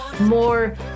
more